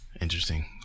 Interesting